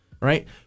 right